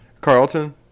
Carlton